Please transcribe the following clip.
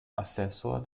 assessor